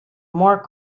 more